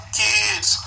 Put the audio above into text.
kids